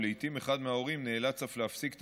ולעיתים אחד מההורים נאלץ אף להפסיק את